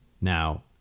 Now